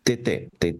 tai tai tai